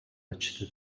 açtı